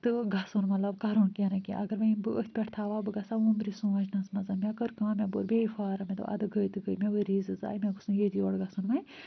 تہٕ گژھُن مطلب کَرُن کیٚنٛہہ نَہ کیٚنٛہہ اگر وۄنۍ یِم بہٕ أتھۍ پٮ۪ٹھ تھاو ہا بہٕ گژھٕ ہا وُنٛمبرِ سونٛچنَس منٛز مےٚ کٔر کٲم مےٚ بوٚر بیٚیہِ فارَم مےٚ دۄپ اَدٕ گٔے تہٕ گٔے مےٚ گوٚو ریٖزق ضایع مےٚ گوٚژھ نہٕ ییٚتہِ یور گژھُن وۄنۍ